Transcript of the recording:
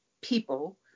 people